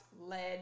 led